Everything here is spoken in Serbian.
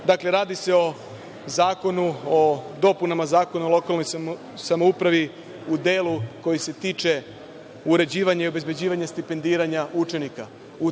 radi se o dopunama Zakona o lokalnoj samoupravi u delu koji se tiče uređivanja i obezbeđivanja stipendiranja učenika.